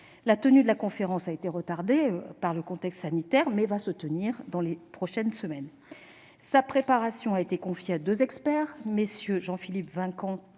La tenue de cette conférence a été retardée par le contexte sanitaire, mais elle aura lieu dans les prochaines semaines. Sa préparation a été confiée à deux experts, MM. Jean-Philippe Vinquant